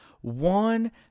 one